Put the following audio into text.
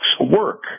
work